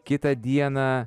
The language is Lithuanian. kitą dieną